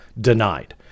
denied